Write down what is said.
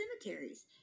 cemeteries